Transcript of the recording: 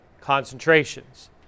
concentrations